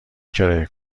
کرایه